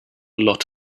lot